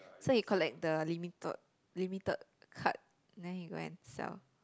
so he collect the limited limited card then he go and sell